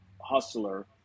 hustler